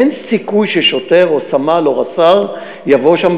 אין סיכוי ששוטר או סמל או רס"ר יבוא לשם,